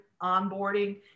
onboarding